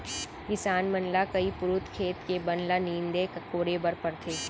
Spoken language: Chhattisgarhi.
किसान मन ल कई पुरूत खेत के बन ल नींदे कोड़े बर परथे